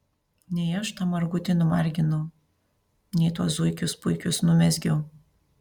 nei aš tą margutį numarginau nei tuos zuikius puikius numezgiau